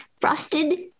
frosted